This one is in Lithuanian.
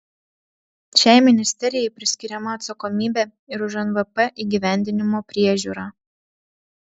šiai ministerijai priskiriama atsakomybė ir už nvp įgyvendinimo priežiūrą